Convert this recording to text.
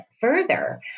further